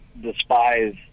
despise